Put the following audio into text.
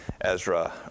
Ezra